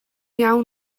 iawn